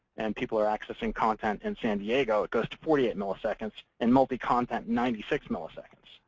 and people are accessing content in san diego. it goes to forty eight milliseconds. and multicontent, ninety six milliseconds.